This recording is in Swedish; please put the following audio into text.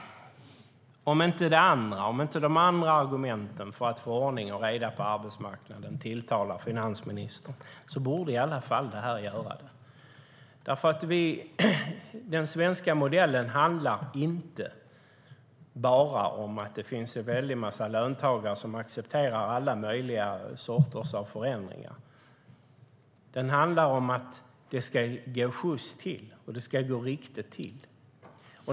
Om inte de andra argumenten för att få ordning och reda på arbetsmarknaden tilltalar finansministern borde i alla fall detta göra det. Den svenska modellen handlar nämligen inte bara om att det finns en massa löntagare som accepterar alla möjliga sorters förändringar. Den handlar om att det ska gå sjyst till och att det ska gå riktigt till.